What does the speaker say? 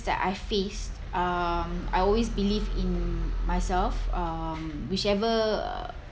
that I faced um I always believe in myself um whichever